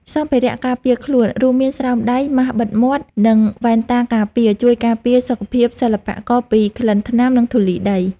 សម្ភារៈការពារខ្លួន រួមមានស្រោមដៃ ម៉ាសបិទមាត់ និងវ៉ែនតាការពារ ជួយការពារសុខភាពសិល្បករពីក្លិនថ្នាំ និងធូលីដី។